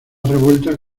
revuelta